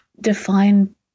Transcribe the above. define